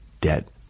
debt